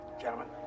gentlemen